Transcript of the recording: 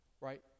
right